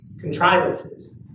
contrivances